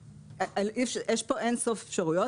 יש כאן אין סוף אפשרויות